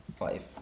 life